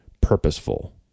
purposeful